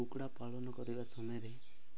କୁକୁଡ଼ା ପାଳନ କରିବା ସମୟରେ